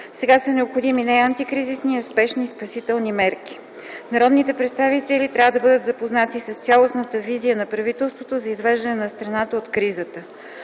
Сега са необходими не антикризисни, а спешни спасителни мерки. Народните представители трябва да бъдат запознати с цялостната визия на правителството за извеждане на страната от кризата.